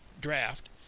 draft